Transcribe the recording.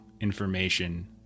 information